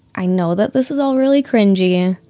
i know that this is all really cringy,